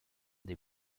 des